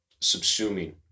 subsuming